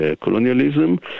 colonialism